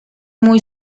muy